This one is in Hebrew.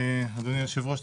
אדוני היושב-ראש,